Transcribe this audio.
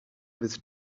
with